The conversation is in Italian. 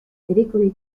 pericoli